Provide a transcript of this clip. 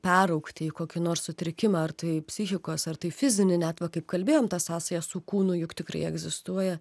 peraugti į kokį nors sutrikimą ar tai į psichikos ar tai fizinį net va kaip kalbėjom ta sąsaja su kūnu juk tikrai egzistuoja